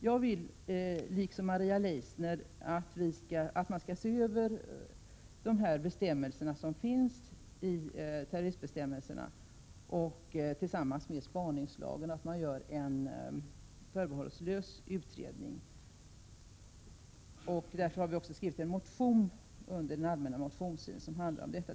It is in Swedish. Jag vill liksom Maria Leissner att terroristbestämmelserna skall ses över tillsammans med spaningslagen och att det skall vara en förutsättningslös utredning. Vi har också avlämnat en motion under allmänna motionstiden som behandlar detta.